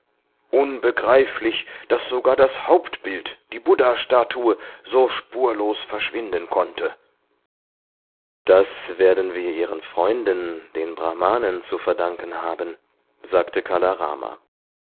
unbegreiflich daß sogar das hauptbild die buddhastatue so spurlos verschwinden konnte das werden wir ihren freunden den brahmanen zu verdanken haben sagte kala rama